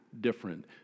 different